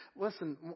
Listen